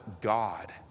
God